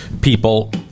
people